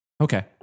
Okay